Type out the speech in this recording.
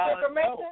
information